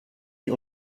die